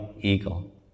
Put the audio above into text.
eagle